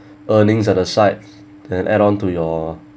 earnings at the sites then add onto your